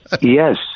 Yes